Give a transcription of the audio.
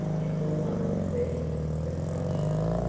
it's all up with bertie replied charlotte.